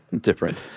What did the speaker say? Different